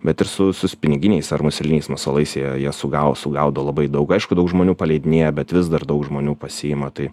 bet ir su su spininginiais ar museliniais masalais jie jie sugau sugaudo labai daug aišku daug žmonių paleidinėja bet vis dar daug žmonių pasiima tai